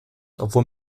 obwohl